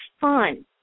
fun